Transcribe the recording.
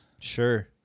Sure